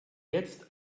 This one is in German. jetzt